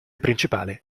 principale